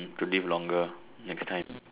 to live longer next time